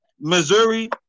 Missouri